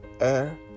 air